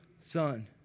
son